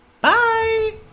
Bye